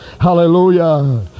hallelujah